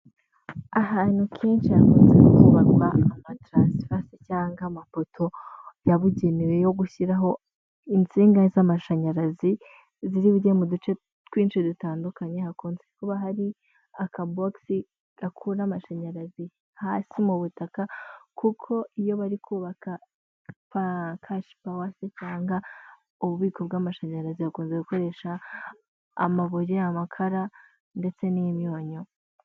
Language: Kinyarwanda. Ahantu kenshi hakunze kubakwa amataransifa se cyangwa amapoto, yabugenewe yo gushyiraho insinga z'amashanyarazi, ziri bujye mu duce twinshi dutandukanye, hakunze kuba hari akabogisi gakura amashanyarazi hasi mu butaka, kuko iyo bari kubaka kashipawa se cyangwa ububiko bw'amashanyarazi, bakunze gukoresha amabuye, amakara ndetse n'imyunyu.